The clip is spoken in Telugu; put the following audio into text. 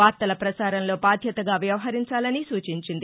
వార్తల పసారంలో బాధ్యతగా వ్యవహరించాలని సూచించింది